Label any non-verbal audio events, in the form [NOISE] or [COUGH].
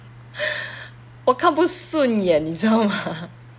[BREATH] 我看不顺眼你知道吗